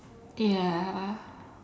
ya